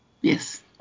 Yes